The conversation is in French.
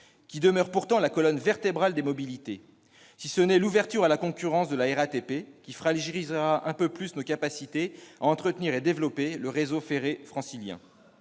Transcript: demeurent pourtant la colonne vertébrale des mobilités -, si ce n'est l'ouverture à la concurrence de la RATP, qui fragilisera un peu plus nos capacités à entretenir et développer le réseau ferré francilien.